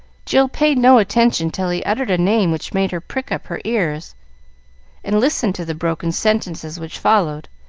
jill paid no attention till he uttered a name which made her prick up her ears and listen to the broken sentences which followed.